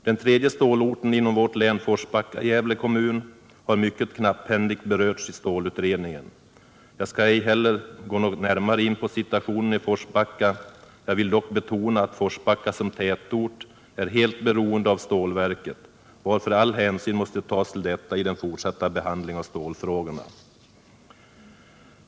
Den tredje stålorten inom vårt län, Forsbacka i Gävle kommun, har mycket knapphändigt berörts i stålutredningen. Jag skall inte heller gå något närmare in på situationen i Forsbacka. Jag vill dock betona att Forsbacka som tätort är helt beroende av stålverket, varför all hänsyn måste tas till detta i den fortsatta behandlingen av stålfrågorna.